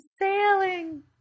sailing